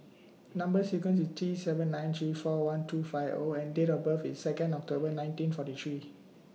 Number sequence IS T seven nine three four one two five O and Date of birth IS Second October nineteen forty three